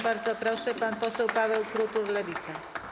Bardzo proszę, pan poseł Paweł Krutul, Lewica.